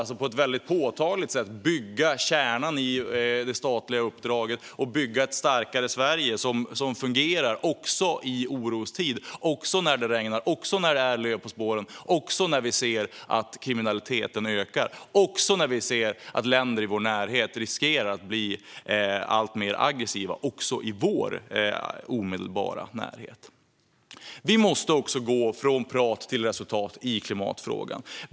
Vi måste på ett väldigt påtagligt sätt förstärka kärnan i det statliga uppdraget och bygga ett starkare Sverige som fungerar också i orostid, också när det regnar, också när det är löv på spåren, också när kriminaliteten ökar och när länder i vår omedelbara närhet blir alltmer aggressiva. Vi måste också gå från prat till resultat i klimatfrågan.